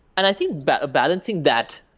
and i think but balancing that,